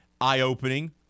eye-opening